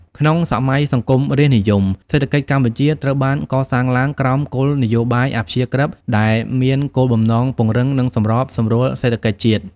ក្នុងសម័យសង្គមរាស្ត្រនិយម សេដ្ឋកិច្ចកម្ពុជាត្រូវបានកសាងឡើងក្រោមគោលនយោបាយ អព្យាក្រឹត្យ ដែលមានគោលបំណងពង្រឹង និងសម្របសម្រួលសេដ្ឋកិច្ចជាតិ។